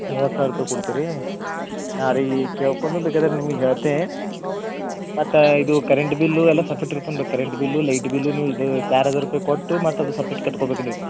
ಮೂವತ್ತು ಸಾವಿರ ರೂಪಾಯಿ ಕೊಡ್ತಿರೀ ನಾ ರೀ ಕೇಳ್ಕೊಂದು ಬೇಕದ್ರ ನಿಮ್ಗ ಹೇಳ್ತೆ ಮತ್ತು ಇದು ಕರೆಂಟ್ ಬಿಲ್ಲು ಎಲ್ಲ ಸಪ್ರೇಟ್ ಕರೆಂಟ್ ಬಿಲ್ಲು ಲೈಟ್ ಬಿಲ್ಲುನು ಇದು ಕೊಟ್ಟು ಮತ್ತದು ಸಪ್ರೇಟ್ ಕಟ್ಕೊಬೇಕು ನೀವು